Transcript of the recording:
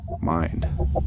mind